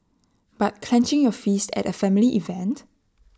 but clenching your fists at A family event